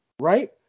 Right